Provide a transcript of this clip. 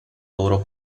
loro